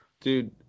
Dude